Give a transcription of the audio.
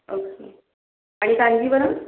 okay आणि कांजीवरम